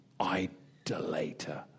idolater